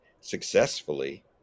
successfully